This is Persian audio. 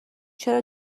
چرا